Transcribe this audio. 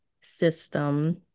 system